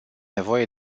nevoie